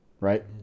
right